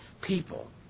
people